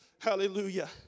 Hallelujah